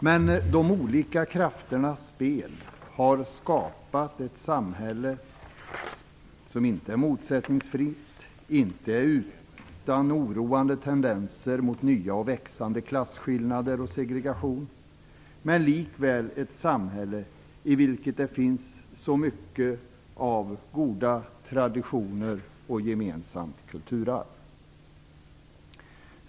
Men de olika krafternas spel har skapat ett samhälle som inte är motsättningsfritt och inte utan oroande tendenser till nya, växande klasskillnader och segregation. Likväl är det ett samhälle i vilket det finns mycket av goda traditioner och ett gemensamt kulturarv.